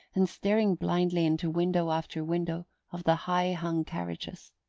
and staring blindly into window after window of the high-hung carriages.